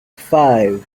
five